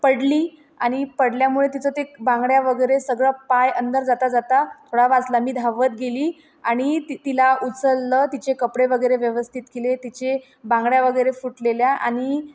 पडली आणि पडल्यामुळे तिचं ते बांगड्या वगैरे सगळं पाय अंदर जाता जाता थोडा वाचला मी धावत गेली आणि ती तिला उचललं तिचे कपडे वगैरे व्यवस्थित केले तिचे बांगड्या वगैरे फुटलेल्या आणि